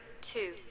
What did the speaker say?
two